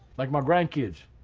like my grand kids,